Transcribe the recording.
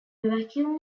vacuum